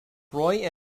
roy